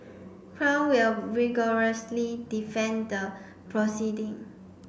crown will vigorously defend the proceeding